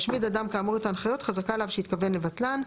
השמיד אדם כאמור את ההנחיות חזקה עליו שהתכוון לבטלן.